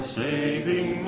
saving